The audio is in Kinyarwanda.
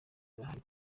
irahari